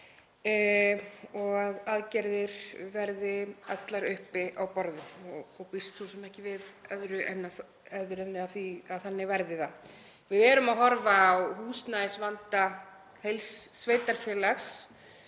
og aðgerðir verði allar uppi á borðum og býst svo sem ekki við öðru en að þannig verði það. Við erum að horfa á húsnæðisvanda heils sveitarfélags,